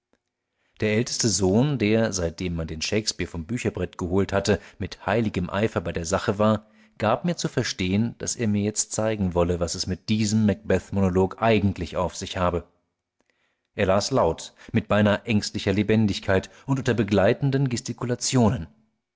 der älteste sohn der seitdem man den shakespeare vom bücherbrett geholt hatte mit heiligem eifer bei der sache war gab mir zu verstehen daß er mir jetzt zeigen wolle was es mit diesem macbeth monolog eigentlich auf sich habe er las laut mit beinahe ängstlicher lebendigkeit und unter begleitenden gestikulationen